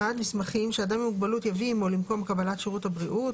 מסמכים שאדם עם מוגבלות יביא עמו למקום קבלת שירות הבריאות,